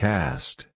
Cast